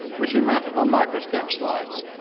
which he mounted on microscope slides.